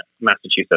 Massachusetts